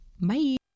Bye